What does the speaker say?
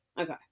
Okay